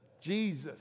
Jesus